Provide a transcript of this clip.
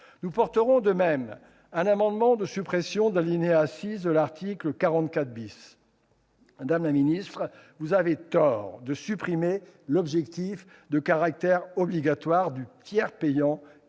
Nous soutiendrons de même un amendement de suppression de l'alinéa 6 de l'article 44. Madame la ministre, vous avez tort de supprimer le caractère obligatoire du tiers payant,